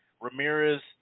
Ramirez